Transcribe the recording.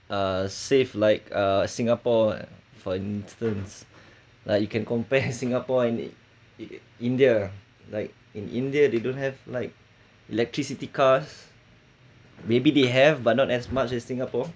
uh save like uh singapore for instance like you can compare singapore in~ india like in india they don't have like electricity cost maybe they have but not as much as singapore